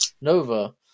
Nova